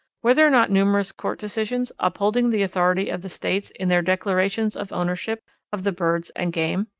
were there not numerous court decisions upholding the authority of the states in their declarations of ownership of the birds and game?